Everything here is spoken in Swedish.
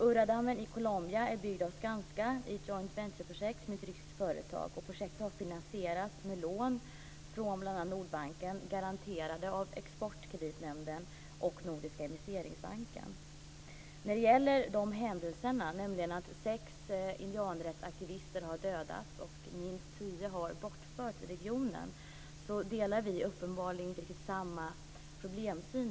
Urrádammen i Colombia är byggd av Skanska i ett joint venture-projekt med ett ryskt företag. Projektet har finansierats med lån från bl.a. Nordbanken garanterade av Exportkreditnämnden och Nordiska När det gäller det faktum att sex indianrättsaktivister har dödats och minst tio har bortförts i regionen delar vi uppenbarligen inte samma problemsyn.